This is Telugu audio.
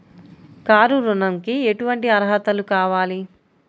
కారు ఋణంకి ఎటువంటి అర్హతలు కావాలి?